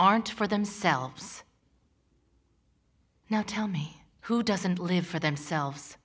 aren't for themselves now tell me who doesn't live for themselves